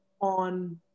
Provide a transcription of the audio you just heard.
on